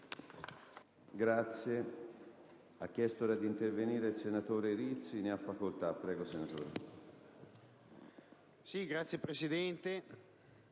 Grazie